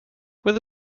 with